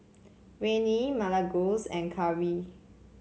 Rennie Milagros and Karri